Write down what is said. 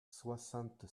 soixante